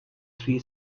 three